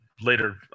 Later